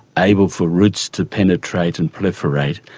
able for roots to penetrate and proliferate.